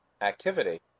activity